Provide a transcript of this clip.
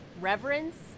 reverence